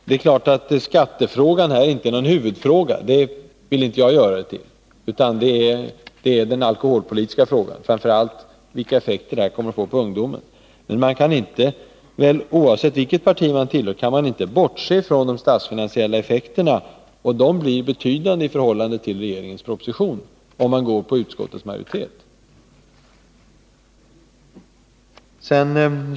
Det är klart att skattefrågan inte är huvudfrågan — det vill i alla fall inte jag göra den till. Huvudfrågan är ju den alkoholpolitiska, framför allt vilka effekter som snabbvinsatserna får när det gäller ungdomen. Men oavsett vilket parti man tillhör kan man inte bortse från de statsfinansiella effekterna. Och i det avseendet är det betydande skillnader mellan propositionens och utskottsmajoritetens förslag.